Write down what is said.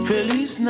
Feliz